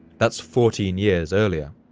that's fourteen years earlier.